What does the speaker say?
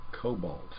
Cobalt